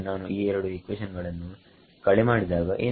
ನಾವು ಈ ಎರಡು ಇಕ್ವೇಷನ್ ಗಳನ್ನು ಕಳೆ ಮಾಡಿದಾಗ ಏನಾಗುತ್ತದೆ